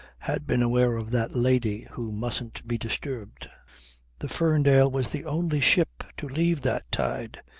had been aware of that lady who mustn't be disturbed the ferndale was the only ship to leave that tide.